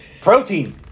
protein